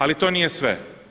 Ali to nije sve.